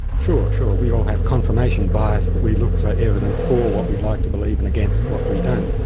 sure, sure, we all have confirmation bias that we look for evidence for what we'd like to believe and against what we don't.